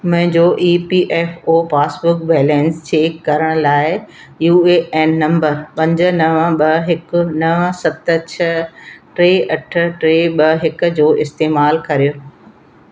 मुंहिंजो E P F O passbook balance check करण लाइ यू ए एन नंबर पंज नव ॿ हिकु नव सत छह टे अठ टे ॿ हिकु जो इस्तेमालु करियो